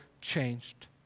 changed